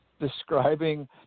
describing